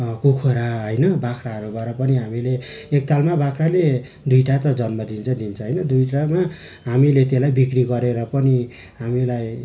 कुखुरा होइन बाख्राहरूबाट पनि हामीले एकतालमा बाख्राले दुईवटा त जन्म दिन्छ दिन्छ होइन दुईवटामा हामीले त्यसलाई बिक्री गरेर पनि हामीलाई